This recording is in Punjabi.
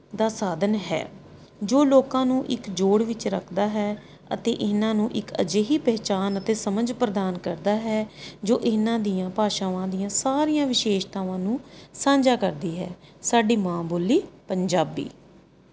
ਦਾ ਸਾਧਨ ਹੈ ਜੋ ਲੋਕਾਂ ਨੂੰ ਇੱਕ ਜੋੜ ਵਿੱਚ ਰੱਖਦਾ ਹੈ ਅਤੇ ਇਹਨਾਂ ਨੂੰ ਇੱਕ ਅਜਿਹੀ ਪਹਿਚਾਣ ਅਤੇ ਸਮਝ ਪ੍ਰਦਾਨ ਕਰਦਾ ਹੈ ਜੋ ਇਹਨਾਂ ਦੀਆਂ ਭਾਸ਼ਾਵਾਂ ਦੀਆਂ ਸਾਰੀਆਂ ਵਿਸ਼ੇਸ਼ਤਾਵਾਂ ਨੂੰ ਸਾਂਝਾ ਕਰਦੀ ਹੈ ਸਾਡੀ ਮਾਂ ਬੋਲੀ ਪੰਜਾਬੀ